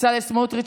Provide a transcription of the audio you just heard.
בצלאל סמוטריץ',